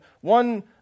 one